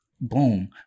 Boom